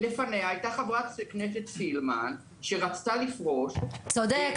לפניה הייתה חברת הכנסת סילמן שרצתה לפרוש --- צודק,